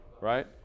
right